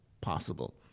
possible